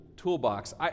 toolbox